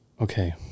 okay